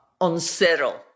unsettled